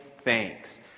thanks